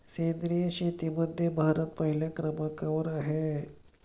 सेंद्रिय शेतीमध्ये भारत पहिल्या क्रमांकावर आहे